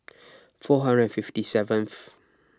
four hundred and fifty seventh